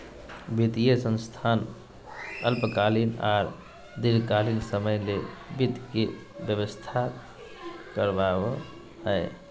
वित्तीय संस्थान अल्पकालीन आर दीर्घकालिन समय ले वित्त के व्यवस्था करवाबो हय